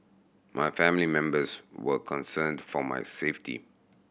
my family members were concerned for my safety